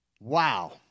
Wow